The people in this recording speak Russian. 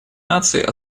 наций